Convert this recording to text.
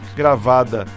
gravada